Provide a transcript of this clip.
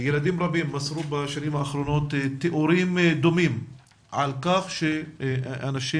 ילדים רבים מסרו בשנים האחרונות תיאורים דומים על כך שאנשים